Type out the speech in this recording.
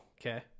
Okay